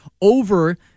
over